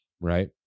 Right